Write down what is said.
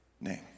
name